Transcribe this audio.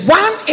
one